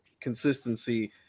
consistency